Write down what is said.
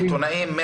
עיתונאים,